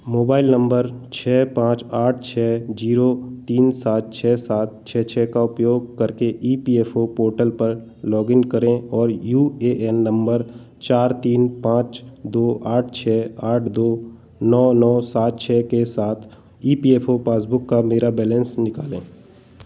mobile number छः पाँच आठ छः जीरो तीन सात छः सात छः छः का उपयोग करके E P F O portal पर लॉग इन करें और यू ए एन नम्बर चार तीन पाँच दो आठ छः आठ दो नौ नौ सात छः के साथ E P F O passbook का मेरा बैलेंस निकालें